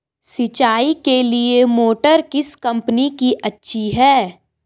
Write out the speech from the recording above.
सिंचाई के लिए मोटर किस कंपनी की अच्छी है?